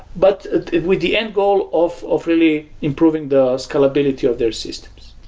but with the end goal of of really improving the scalability of their systems.